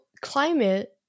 climate